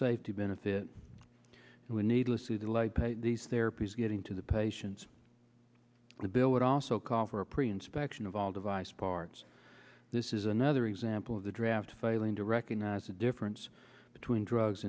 safety benefit and would needlessly the light pay these therapies getting to the patients the bill would also call for a pre inspection of all device parts this is another example of the draft failing to recognize the difference between drugs